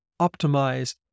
optimize